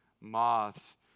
moths